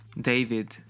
David